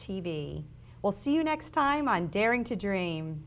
tv we'll see you next time on daring to dream